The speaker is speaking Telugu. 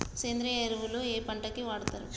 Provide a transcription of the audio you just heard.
సేంద్రీయ ఎరువులు ఏ పంట కి వాడుతరు?